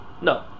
no